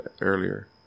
earlier